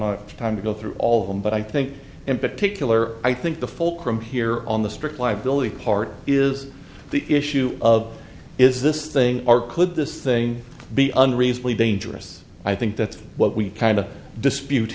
our time to go through all of them but i think in particular i think the fulcrum here on the strict liability part is the issue of is this thing or could this thing be unreasonably dangerous i think that's what we kind of dispute